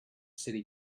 city